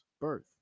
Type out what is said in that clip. birth